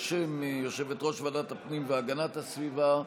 בשם יושבת-ראש ועדת הפנים והגנת הסביבה,